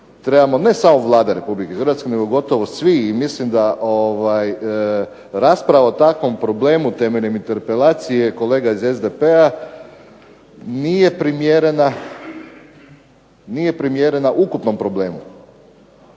trebamo ne samo Vlada Republike Hrvatske nego gotovo svi i mislim da rasprava o takvom problemu temeljem interpelacije kolega iz SDP-a nije primjerena ukupnom problemu.